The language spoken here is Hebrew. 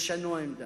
ישנו עמדה.